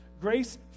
Grace